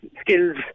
skills